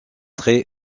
très